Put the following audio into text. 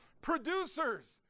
producers